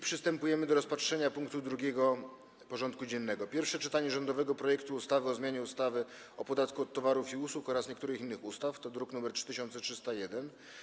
Przystępujemy do rozpatrzenia punktu 2. porządku dziennego: Pierwsze czytanie rządowego projektu ustawy o zmianie ustawy o podatku od towarów i usług oraz niektórych innych ustaw (druk nr 3301)